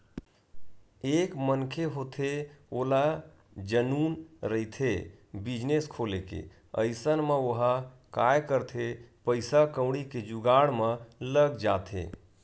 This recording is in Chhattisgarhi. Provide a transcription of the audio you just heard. एक मनखे होथे ओला जनुन रहिथे बिजनेस खोले के अइसन म ओहा काय करथे पइसा कउड़ी के जुगाड़ म लग जाथे